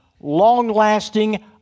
long-lasting